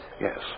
Yes